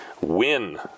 win